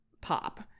pop